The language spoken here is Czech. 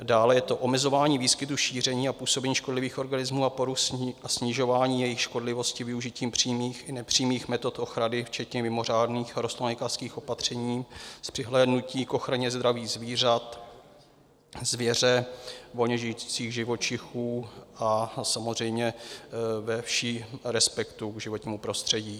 Dále je to omezování výskytu, šíření a působení škodlivých organismů a poruch a snižování jejich škodlivosti využitím přímých i nepřímých metod ochrany včetně mimořádných rostlinolékařských opatření s přihlédnutím k ochraně zdraví lidí, zvířat, zvěře, volně žijících živočichů a samozřejmě se vším respektem k životnímu prostředí.